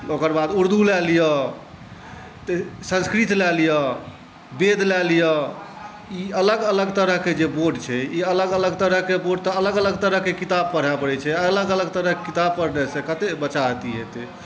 ओकर बाद उर्दू लए लिअ संस्कृत लए लिअ वेद लए लिअ ई अलग अलग तरहके जे बोर्ड छै ई अलग अलग तरहके बोर्ड तऽ अलग अलग तरहके किताब पढ़य पड़ैत छै अलग अलग किताब पढ़ने से कतेक बच्चा अथी हेतै